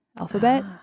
alphabet